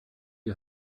you